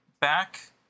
Back